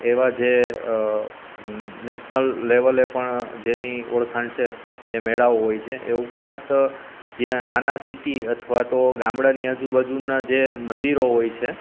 એવા જે નેશનલ લેવલે પણ જેની ઓળખાણ છે એ મેળાઓ હોય છે એ ઉપરાંત જ્યાં નાના સીટી અથવા તો ગામડાની આજુબાજુના જે મંદિરો હોય છે